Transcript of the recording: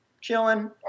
chilling